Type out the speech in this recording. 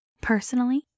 personally